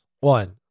One